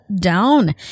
down